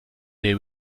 they